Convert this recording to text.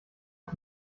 auf